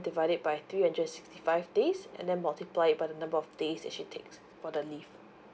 divide it by three hundred sixty five days and then multiply it by the number of days actually takes for the leave